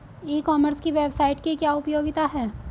ई commerce की website की क्या उपयोगिता है?